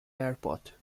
airport